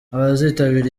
abazitabira